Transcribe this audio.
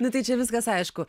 na tai čia viskas aišku